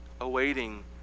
awaiting